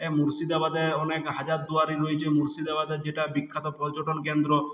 এ মুর্শিদাবাদে অনেক হাজারদুয়ারি রয়েছে মুর্শিদাবাদের যেটা বিখ্যাত পর্যটন কেন্দ্র